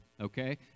okay